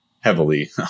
heavily